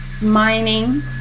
Mining